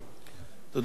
תודה לאדוני.